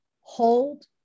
hold